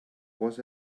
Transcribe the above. was